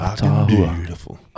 Beautiful